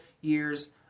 years